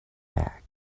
bag